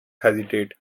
hesitate